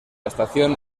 estación